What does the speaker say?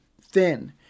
thin